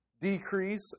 decrease